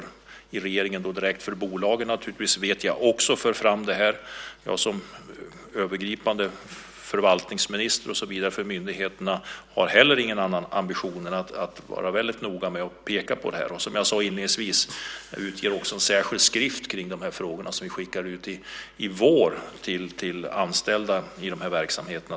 De i regeringen som är direkt ansvariga för bolagen för också fram detta. Jag som övergripande förvaltningsminister och så vidare för myndigheterna har inte heller någon annan ambition än att vara väldigt noga med att peka på detta. Och som jag sade inledningsvis kommer vi också i vår att skicka ut en särskild skrift om dessa frågor till anställda i dessa verksamheter.